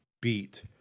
beat